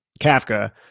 Kafka